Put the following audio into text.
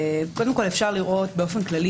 ניתן לראות באופן כללי,